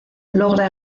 logra